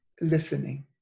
listening